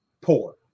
poor